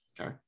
okay